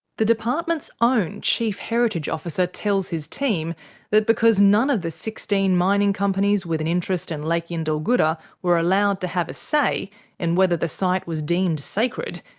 the department's own chief heritage officer tells his team that because none of the sixteen mining companies with an interest in lake yindarlgooda were allowed to have a say in whether the site was deemed sacred,